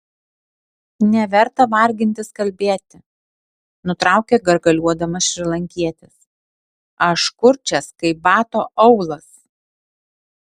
neverta vargintis kalbėti nutraukė gargaliuodamas šrilankietis aš kurčias kaip bato aulas